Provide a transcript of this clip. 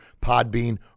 podbean